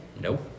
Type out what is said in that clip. Nope